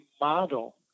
model